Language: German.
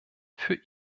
für